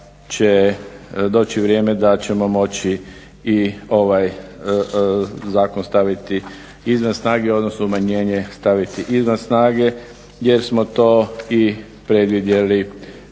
će doći vrijeme da ćemo moći i ovaj zakon staviti izvan snage, odnosno umanjenje staviti izvan snage jer smo to i predvidjeli